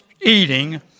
eating